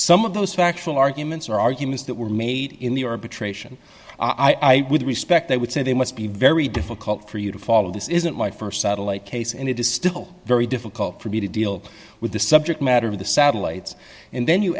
some of those factual arguments are arguments that were made in the arbitration i with respect they would say they must be very difficult for you to follow this isn't my st satellite case and it is still very difficult for me to deal with the subject matter of the satellites and then you